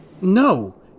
No